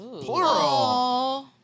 Plural